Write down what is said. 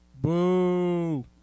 Boo